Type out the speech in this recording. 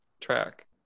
track